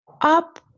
up